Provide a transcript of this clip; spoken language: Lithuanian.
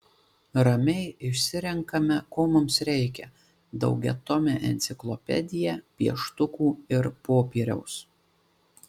ramiai išsirenkame ko mums reikia daugiatomę enciklopediją pieštukų ir popieriaus